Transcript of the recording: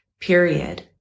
period